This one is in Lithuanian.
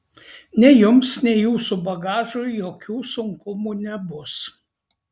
nei jums nei jūsų bagažui jokių sunkumų nebus